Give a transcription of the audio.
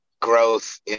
growth